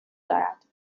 دارد